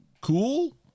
Cool